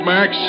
Max